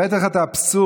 הבאתי לך את האבסורד,